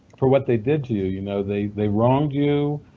for what they did to you. you know, they they wronged you,